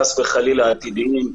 חס וחלילה.